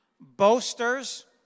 Boasters